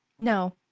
No